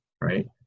right